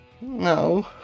No